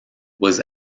was